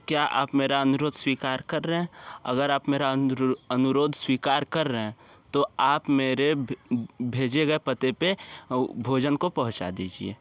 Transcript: क्या आप मेरा अनुरोध स्वीकार कर रहे हैं अगर आप मेरा अनुरोध स्वीकार कर रहे हैं तो आप मेरे भेजे गए पते पे भोजन को पहुँचा दीजिए